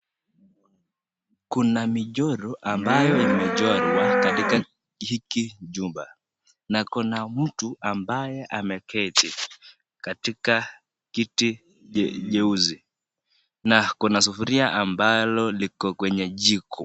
Kuna michoro ambayo imechorwa katika hiki chumba na kuna mtu ambaye ameketi katika kiti nyeusi na kuna sufuria ambalo liko kwenye jiko.